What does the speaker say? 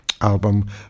album